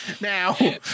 Now